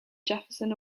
jefferson